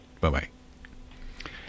Bye-bye